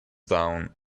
down